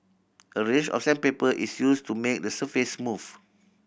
a range of sandpaper is use to make the surface smooth